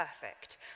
perfect